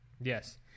Yes